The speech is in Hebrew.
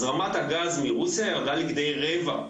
אז רמת הגז מרוסיה ירדה לכדי רבע.